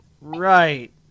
right